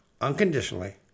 unconditionally